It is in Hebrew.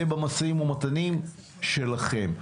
זה במשאים ומתנים שלכם.